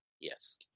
yes